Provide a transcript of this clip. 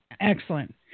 Excellent